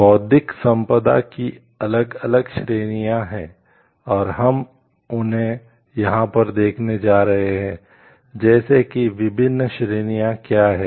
बौद्धिक संपदा की अलग अलग श्रेणियां हैं और हम उन्हें यहाँ पर देखने जा रहे हैं जैसे कि विभिन्न श्रेणियां क्या हैं